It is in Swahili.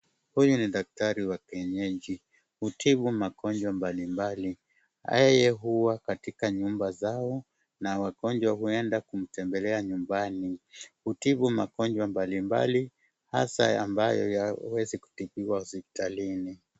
Huyu ni daktari wa kienyeji hutibu magonjwa baribari. Yeye huwa katika nyumba zao na wagonjwa huenda kumtembelea nyumbani. Hutibu magonjwa baribari hasa ambayo hayawezi kutibiwa hospitalini.